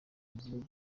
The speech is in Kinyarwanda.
igihugu